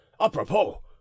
apropos